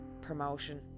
promotion